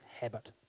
habit